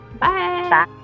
Bye